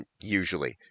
usually